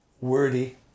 wordy